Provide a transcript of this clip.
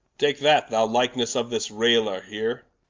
take that, the likenesse of this rayler here.